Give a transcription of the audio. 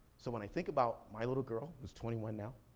so when i think about my little girl, who's twenty one now,